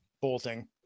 bolting